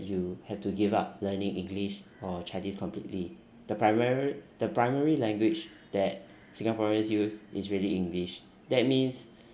you have to give up learning english or chinese completely the primar~ the primary language that singaporeans use is really english that means